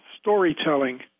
storytelling